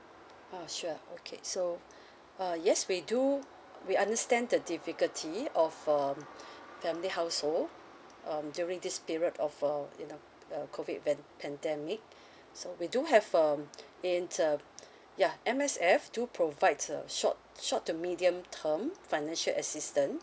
ah sure okay so uh yes we do we understand the difficulty of err family household um during this period of err you know uh COVID pan~ pandemic we do have um in the ya M_S_F do provide short short to medium term financial assistance